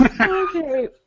Okay